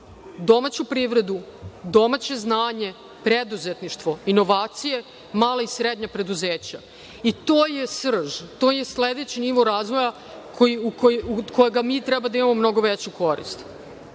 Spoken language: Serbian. domaću privredu, domaće znanje, preduzetništvo, inovacije, mala i srednja preduzeća i to je srž. To je sledeći nivo razvoja od kojeg treba da imamo mnogo veću